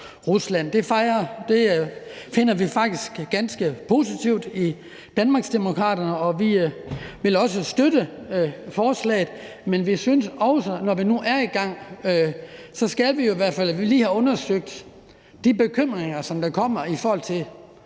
Det finder vi faktisk ganske positivt i Danmarksdemokraterne, og vi vil også støtte forslaget, men vi synes også, når vi nu er i gang, at man lige skal have undersøgt de bekymringer, som der kommer i forhold til